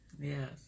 Yes